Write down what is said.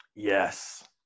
Yes